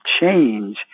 change